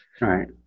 Right